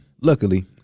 Luckily